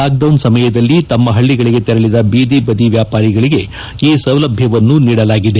lockdown ಸಮಯದಲ್ಲಿ ತಮ್ಮ ಪಳ್ಳಗಳಿಗೆ ತೆರಳದ ಬೀದಿ ವ್ಯಾಪಾರಿಗಳಿಗೆ ಈ ಸೌಲಭ್ಯವನ್ನು ನೀಡಲಾಗಿದೆ